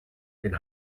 den